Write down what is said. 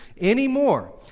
anymore